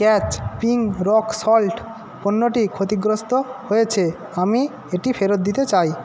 catch pink rock salt পণ্যটি ক্ষতিগ্রস্ত হয়েছে আমি এটি ফেরত দিতে চাই